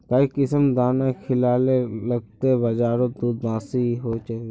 काई किसम दाना खिलाले लगते बजारोत दूध बासी होवे?